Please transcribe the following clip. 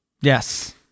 yes